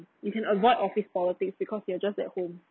you can avoid office politics because you're just at home